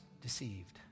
deceived